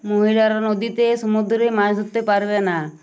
মহিলারা নদীতে সমুদ্রে মাছ ধরতে পারবে না